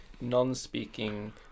non-speaking